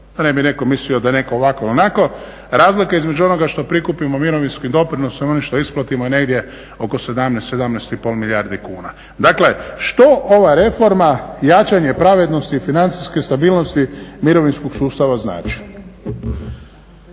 ne bi netko mislio da je netko ovako, onako. Razlika između onog što prikupimo mirovinskim doprinosom i onim što isplatimo je negdje oko 17, 17,5 milijardi kuna. Dakle što ova reforma jačanje pravednosti i financijske stabilnosti mirovinskog sustava znači?